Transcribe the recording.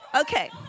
Okay